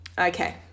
Okay